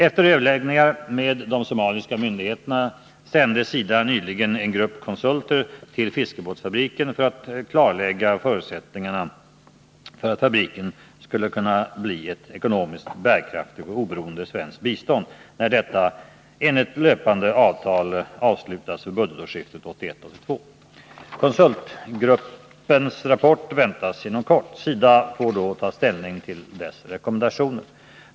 Efter överläggningar med de somaliska myndigheterna sände SIDA nyligen en grupp konsulter till fiskebåtsfabriken för att klarlägga förutsättningarna för att fabriken skall kunna bli ekonomiskt bärkraftig och oberoende av svenskt bistånd när detta enligt löpande avtal avslutas vid budgetårsskiftet 1981/82. Konsultgruppens rapport väntas inom kort. SIDA får då ta ställning till dess rekommendationer.